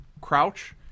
crouch